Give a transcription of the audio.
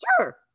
Sure